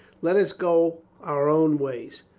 let us go our own ways.